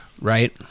right